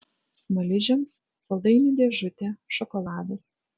smaližiams saldainių dėžutė šokoladas